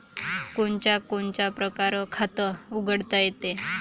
कोनच्या कोनच्या परकारं खात उघडता येते?